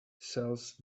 sells